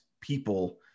people